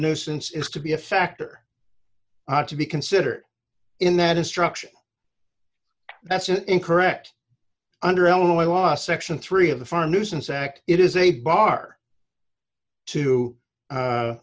nuisance is to be a factor to be considered in that instruction that's incorrect under illinois law section three of the fire nuisance act it is a bar to